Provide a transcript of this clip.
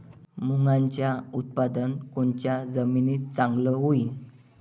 मुंगाचं उत्पादन कोनच्या जमीनीत चांगलं होईन?